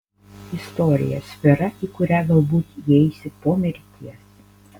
istorija sfera į kurią galbūt įeisi po mirties